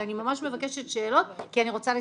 אבל אני ממש מבקשת שזה יהיה שאלות כי אני רוצה לסיים.